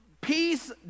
peace